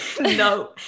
no